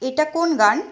এটা কোন গান